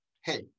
hey